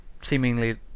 seemingly